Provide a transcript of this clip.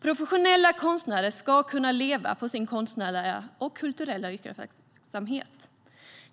Professionella konstnärer ska kunna leva på sin konstnärliga och kulturella yrkesverksamhet,